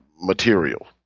material